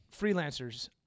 freelancers